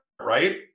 right